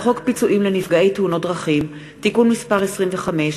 הצעת חוק פיצויים לנפגעי תאונות דרכים (תיקון מס' 25),